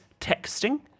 texting